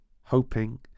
hoping